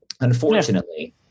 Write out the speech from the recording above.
unfortunately